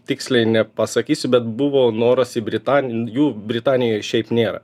tiksliai nepasakysiu bet buvo noras į britan jų britanijoj šiaip nėra